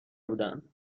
بودن